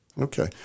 Okay